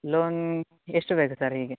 loan ಎಷ್ಟು ಬೇಕು sir ಹೀಗೆ